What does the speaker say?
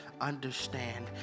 understand